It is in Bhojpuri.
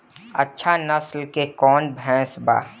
अच्छा नस्ल के कौन भैंस बा?